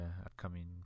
upcoming